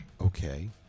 Okay